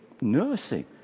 nursing